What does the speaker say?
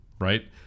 right